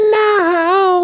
now